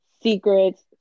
secrets